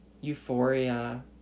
Euphoria